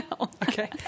okay